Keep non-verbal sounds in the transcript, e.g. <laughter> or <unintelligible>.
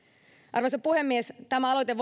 arvoisa puhemies tämä aloite <unintelligible>